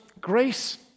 grace